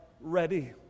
ready